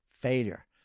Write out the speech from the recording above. failure